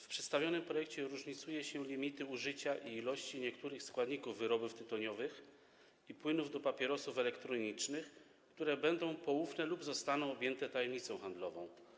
W przedstawionym projekcie różnicuje się limity użycia i ilości niektórych składników wyrobów tytoniowych i płynów do papierosów elektronicznych, które będą poufne lub zostaną objęte tajemnicą handlową.